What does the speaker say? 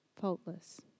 faultless